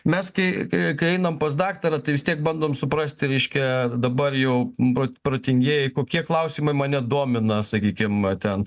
mes kai kai einam pas daktarą tai vis tiek bandom suprasti reiškia dabar jau prot protingieji kokie klausimai mane domina sakykim ten